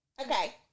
Okay